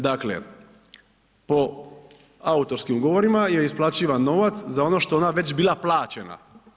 Dakle, po autorskim ugovorima je isplaćivan novac za ono što je ona već bila plaćena.